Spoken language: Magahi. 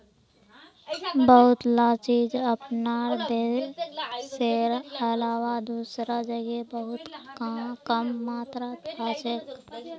बहुतला चीज अपनार देशेर अलावा दूसरा जगह बहुत कम मात्रात हछेक